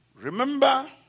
Remember